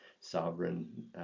sovereign